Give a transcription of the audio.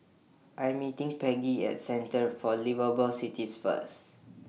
I'm meeting Peggy At Centre For Liveable Cities First